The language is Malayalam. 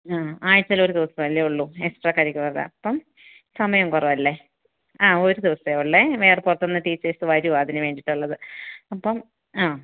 ആ ആഴ്ച്ചയിൽ ഒരു ദിവസം അല്ലേ ഉള്ളു എക്സ്ട്രാ കരിക്കുലർ അപ്പം സമയം കുറവല്ലേ ആ ഒരു ദിവസത്തെ ഉള്ളത് വേറെ പുറത്ത് നിന്ന് ടീച്ചേർസ് വരും അതിന് വേണ്ടിയിട്ടുള്ളത് അപ്പം ആ